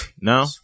No